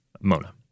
Mona